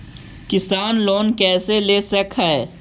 किसान लोन कैसे ले सक है?